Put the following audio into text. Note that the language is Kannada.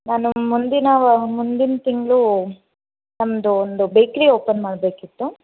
ನಾನು ಮುಂದಿನ ವಾ ಮುಂದಿನ ತಿಂಗಳು ನಮ್ಮದು ಒಂದು ಬೇಕ್ರಿ ಓಪನ್ ಮಾಡಬೇಕಿತ್ತು